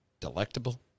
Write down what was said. delectable